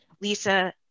Lisa